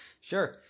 Sure